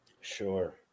Sure